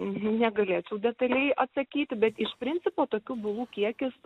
negalėčiau detaliai atsakyti bet iš principo tokių bylų kiekis